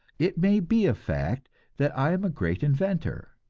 it may be a fact that i am a great inventor,